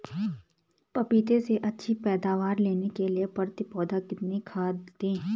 पपीते से अच्छी पैदावार लेने के लिए प्रति पौधा कितनी खाद दें?